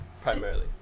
primarily